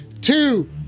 two